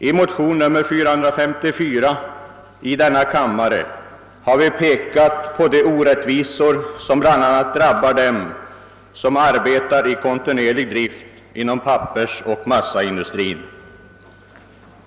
I motion 454 i denna kammare har vi pekat på de orättvisor som drabbar bl.a. dem som arbetar i kontinuerlig drift inom pappersoch massaindustrin.